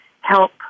help